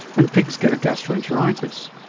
and pigs get a gastroenteritis.